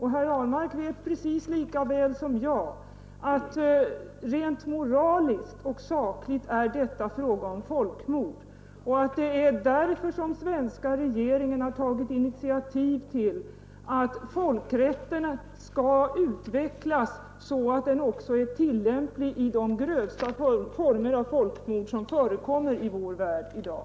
Herr Ahlmark vet precis lika väl som jag att rent moraliskt och sakligt är detta fråga om folkmord och att det är därför som svenska regeringen har tagit initiativ till att folkrätten skall utvecklas så att den också är tillämplig på de grövsta former av folkmord som förekommer i vår värld i dag.